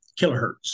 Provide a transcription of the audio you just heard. kilohertz